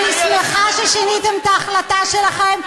אני שמחה ששיניתם את ההחלטה שלכם,